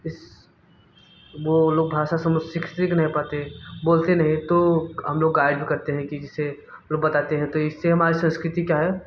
इस वो लोग भाषा समझ सीख सीख नहीं पाते बोलते नहीं तो हम लोग गायब करते हैं कि जिससे लोग बताते हैं तो इससे हमारे संस्कृति क्या है